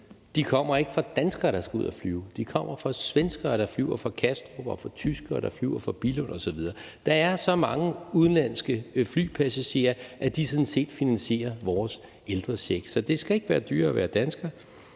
de kommer ikke fra danskere, der skal ud og flyve, men de kommer fra svenskere, der flyver fra Kastrup, og tyskere, der flyver fra Billund osv. Der er så mange udenlandske flypassagerer, at de sådan set finansierer vores ældrecheck. Det skal ikke være dyrere at være dansker,